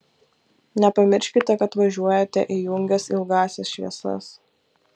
nepamirškite kad važiuojate įjungęs ilgąsias šviesas